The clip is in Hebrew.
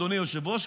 אדוני היושב-ראש,